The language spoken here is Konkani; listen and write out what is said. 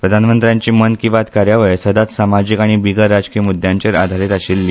प्रधानमंत्र्यांची मन की बात कार्यावळ सदाच सामाजीक आनी बिगर राजकी मुद्यांचेर आधारीत आशिल्ली